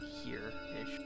here-ish